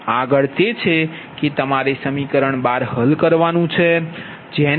આગળ તે છે કે તમારે સમીકરણ 12 હલ કરવાનું છે